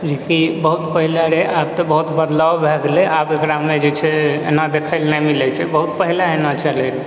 जे कि बहुत पहिले रहै आब तऽ बहुत बदलाव भऽ गेलै आब एकरामे जे छै एना देखैलए नहि मिलै छै बहुत पहिले एना चलै रहै